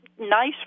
nice